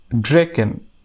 draken